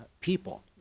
people